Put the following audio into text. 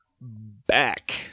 Back